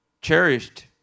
cherished